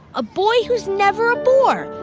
a boy who's never a bore.